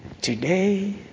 today